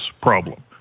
problem